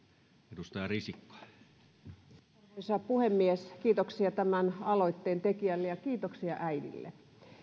arvoisa puhemies kiitoksia tämän aloitteen tekijälle ja kiitoksia äidille